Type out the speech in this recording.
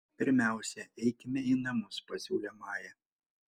pirmiausia eikime į namus pasiūlė maja